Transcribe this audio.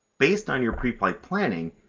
based on your pre-flight planning,